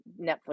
Netflix